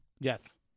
Yes